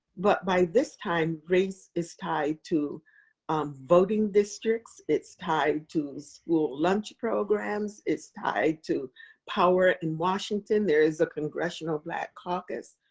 but by this time race is tied to voting districts, it's tied to school lunch programs, it's tied to power in washington. there is a congressional black caucus.